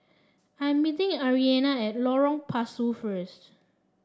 I'm meeting Arianna at Lorong Pasu first